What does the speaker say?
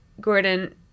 gordon